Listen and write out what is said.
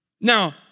Now